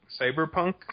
cyberpunk